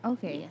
Okay